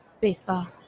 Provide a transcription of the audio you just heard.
baseball